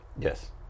yes